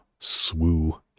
swoo